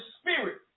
Spirit